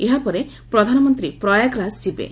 ଏହାପରେ ପ୍ରଧାନମନ୍ତ୍ରୀ ପ୍ରୟାଗରାଜ ଯିବେ